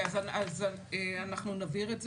אז אנחנו נבהיר את זה,